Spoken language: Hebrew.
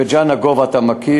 בית-ג'ן, את הגובה אתה מכיר.